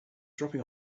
dropping